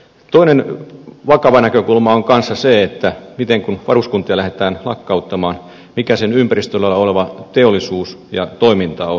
toinen vakava näkökulma kun varuskuntia lähdetään lakkauttamaan on myös se mitä teollisuutta ja toimintaa ympäristössä on